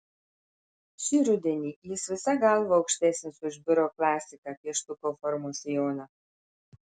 šį rudenį jis visa galva aukštesnis už biuro klasiką pieštuko formos sijoną